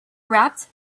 wrapped